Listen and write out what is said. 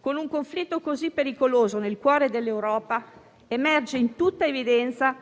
Con un conflitto così pericoloso nel cuore dell'Europa emerge in tutta evidenza